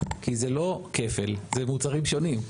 כי זה לא כפל, זה מוצרים שונים.